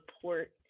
support